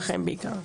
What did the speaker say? בכל מקרה,